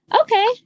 Okay